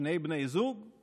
שני בני הזוג,